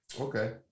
Okay